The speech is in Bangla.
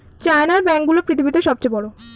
চায়নার ব্যাঙ্ক গুলো পৃথিবীতে সব চেয়ে বড়